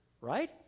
right